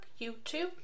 YouTube